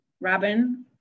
Robin